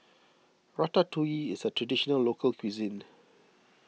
Ratatouille is a Traditional Local Cuisine